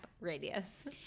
radius